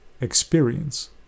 experience